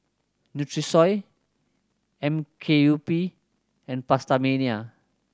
Nutrisoy M K U P and PastaMania